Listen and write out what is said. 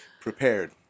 Prepared